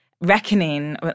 reckoning